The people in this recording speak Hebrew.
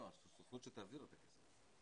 לא, שהסוכנות תעביר את הכסף.